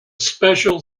special